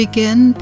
Begin